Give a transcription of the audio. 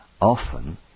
often